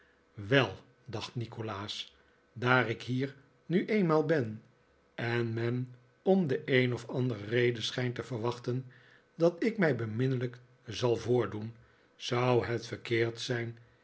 wel dacht nikolaas daar ik hier nu eenmaal ben en men om de een of andere reden schijnt te verwachten dat ik mij beminnelijk zal voordoen zou het verkeerd zijn